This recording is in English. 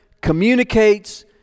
communicates